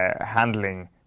handling